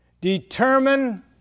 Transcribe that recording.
Determine